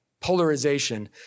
polarization